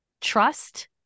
trust